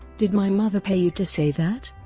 did my mother pay you to say that?